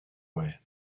way